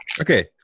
okay